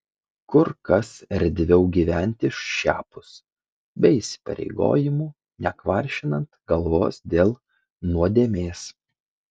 kur kas erdviau gyventi šiapus be įsipareigojimų nekvaršinant galvos dėl nuodėmės